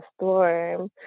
Storm